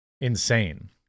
insane